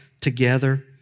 together